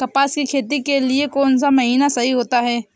कपास की खेती के लिए कौन सा महीना सही होता है?